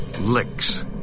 licks